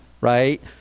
right